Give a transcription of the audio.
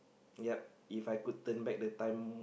ya If I could turn back the time